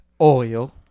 Oil